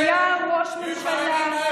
זה אימהות חרדיות שצריכות לשלוח את הילדים למעון,